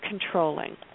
controlling